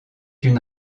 une